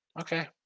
Okay